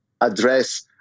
address